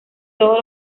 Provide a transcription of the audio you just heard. todos